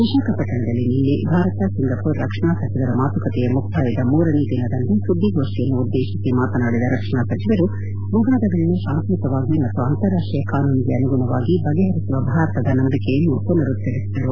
ವಿಶಾಖಪಟ್ಟಣದಲ್ಲಿ ನಿನ್ನೆ ಭಾರತ ಸಿಂಗಾಪುರ್ ರಕ್ಷಣಾ ಸಚಿವರ ಮಾತುಕತೆಯ ಮುಕ್ತಾಯದ ಮೂರನೇ ದಿನದಂದು ಸುದ್ದಿಗೋಷ್ಟಿಯನ್ನು ಉದ್ಲೇಶಿಸಿ ಮಾತನಾಡಿದ ರಕ್ಷಣಾ ಸಚಿವರು ವಿವಾದಗಳನ್ನು ಶಾಂತಿಯುತವಾಗಿ ಮತ್ತು ಅಂತಾರಾಷ್ಷೀಯ ಕಾನೂನಿಗೆ ಅನುಗುಣವಾಗಿ ಬಗೆಹರಿಸುವ ಭಾರತದ ನಂಬಿಕೆಯನ್ನು ಪುನರುಭ್ಲರಿಸಿದರು